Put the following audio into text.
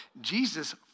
Jesus